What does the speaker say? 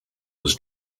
was